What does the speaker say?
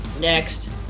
next